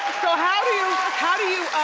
so how do how do you,